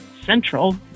Central